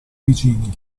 vicini